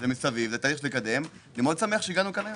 אני שמח שהגענו לכאן היום.